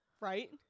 Right